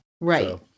Right